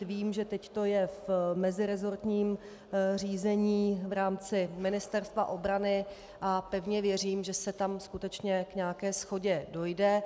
Vím, že teď to je v meziresortním řízení v rámci Ministerstva obrany, a pevně věřím, že se tam skutečně k nějaké shodě dojde.